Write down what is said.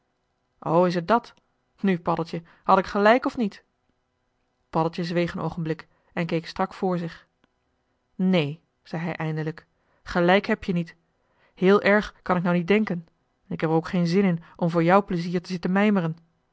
is het dat nu paddeltje had ik gelijk of niet paddeltje zweeg een oogenblik en keek strak voor zich neen zei hij eindelijk gelijk heb-je niet heel erg kan ik nou niet denken en k heb er ook geen zin in om voor jou plezier te zitten mijmeren